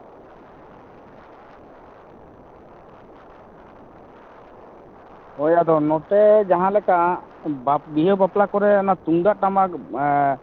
ᱦᱳᱭ ᱚᱱᱟ ᱫᱚ ᱱᱚᱛᱮ ᱡᱟᱦᱟᱸ ᱞᱮᱠᱟ ᱵᱤᱦᱟ ᱵᱟᱯᱞᱟ ᱠᱚᱨᱮ ᱚᱱᱟ ᱛᱩᱢᱫᱟᱜ ᱴᱟᱢᱟᱠ